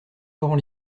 laurent